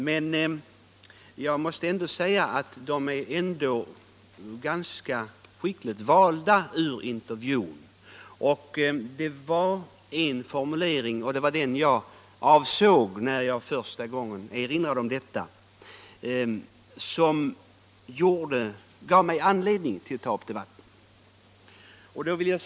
Men jag måste ändå säga att det var ett ganska skickligt urval ur intervjun. Anledningen till att jag tog upp detta i debatten var en formulering i intervjun.